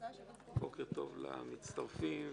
בוקר טוב למצטרפים,